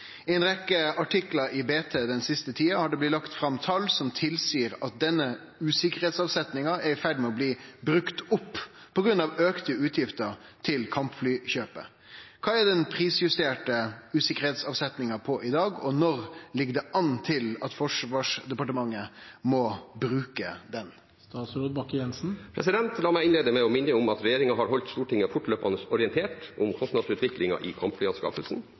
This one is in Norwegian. I en rekke artikler i Bergens Tidende den siste tiden har det blitt lagt fram tall som tilsier at denne usikkerhetsavsetningen er i ferd med å bli brukt opp på grunn av økte utgifter til kampflykjøpet. Hva er den prisjusterte usikkerhetsavsetningen på i dag, og når ligger det an til at Forsvarsdepartementet må bruke denne?» La meg innlede med å minne om at regjeringen har holdt Stortinget fortløpende orientert om kostnadsutviklingen i kampflyanskaffelsen.